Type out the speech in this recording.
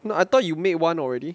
I thought you make one already